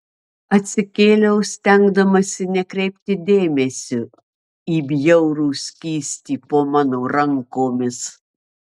atsikėliau stengdamasi nekreipti dėmesio į bjaurų skystį po mano rankomis